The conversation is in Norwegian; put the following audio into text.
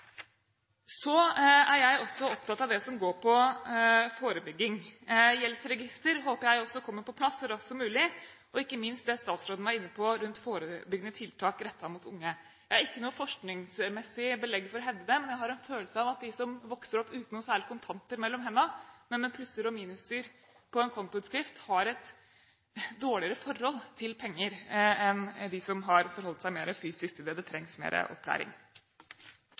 Så er jeg også opptatt av det som går på forebygging. Gjeldsregister håper jeg også kommer på plass så raskt som mulig, ikke minst det statsråden var inne på rundt forebyggende tiltak rettet mot unge. Jeg har ikke noe forskningsmessig belegg for å hevde det, men jeg har en følelse av at de som vokser opp uten noe særlig kontanter mellom hendene, men med plusser og minuser på en kontoutskrift, har et dårligere forhold til penger enn de som har forholdt seg mer fysisk til det – det trengs mer opplæring.